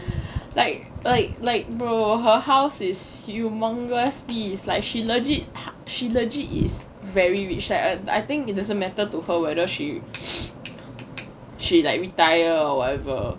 like like like bro her house is humongous please like she legit she legit is very rich like I think it doesn't matter to her whether she she like retire or whatever